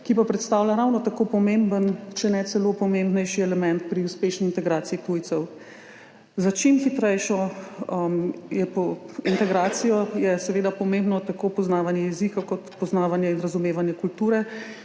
ki pa predstavlja ravno tako pomemben, če ne celo pomembnejši element pri uspešni integraciji tujcev. Za čim hitrejšo integracijo je seveda pomembno tako poznavanje jezika kot poznavanje in razumevanje kulture